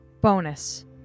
Bonus